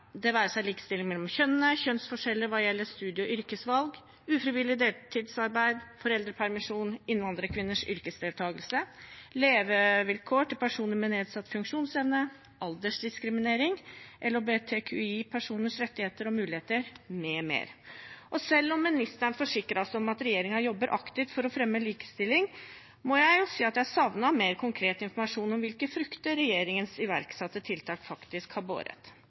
det være seg likestilling mellom kjønnene, kjønnsforskjeller hva gjelder studie- og yrkesvalg, ufrivillig deltidsarbeid, foreldrepermisjon, innvandrerkvinners yrkesdeltakelse, levevilkår til personer med nedsatt funksjonsevne, aldersdiskriminering, LHBTQI-personers rettigheter og muligheter m.m. Og selv om ministeren forsikret oss om at regjeringen jobber aktivt for å fremme likestilling, må jeg jo si at jeg savnet mer konkret informasjon om hvilke frukter regjeringens iverksatte tiltak faktisk har båret.